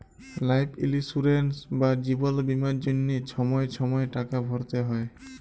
life insurance বা জিবল বীমার জ্যনহে ছময় ছময় টাকা ভ্যরতে হ্যয়